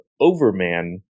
Overman